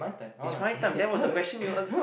it's my time that was the question you a~